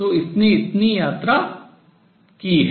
तो इसने इतना यात्रा की है